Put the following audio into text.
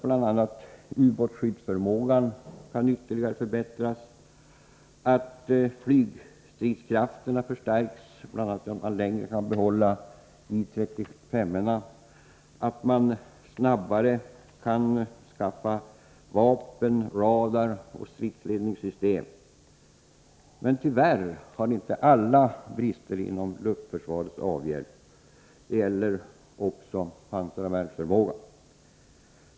Bl.a. ubåtsskyddsförmågan kan ytterligare förbättras, flygstridskrafterna förstärkas, bl.a. genom att man längre kan behålla J 35-orna, och man kan snabbare anskaffa vapen-, radaroch stridsledningssystem. Men tyvärr har inte alla brister inom luftförsvaret avhjälpts. Detta gäller också pansarvärnsförmågan.